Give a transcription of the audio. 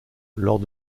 lors